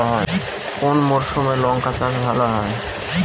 কোন মরশুমে লঙ্কা চাষ ভালো হয়?